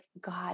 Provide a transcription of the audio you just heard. God